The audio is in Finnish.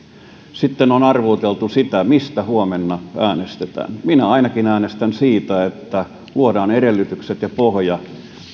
sitten on arvuuteltu sitä mistä huomenna äänestetään minä ainakin äänestän siitä että luodaan edellytykset ja pohja